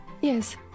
Yes